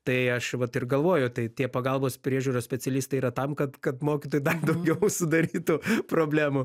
tai aš vat ir galvoju tai tie pagalbos priežiūros specialistai yra tam kad kad mokytojai dar daugiau sudarytų problemų